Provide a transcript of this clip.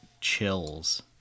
Chills